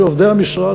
זה עובדי המשרד.